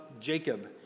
Jacob